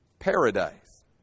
paradise